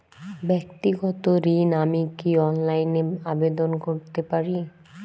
ব্যাক্তিগত ঋণ আমি কি অনলাইন এ আবেদন করতে পারি?